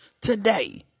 Today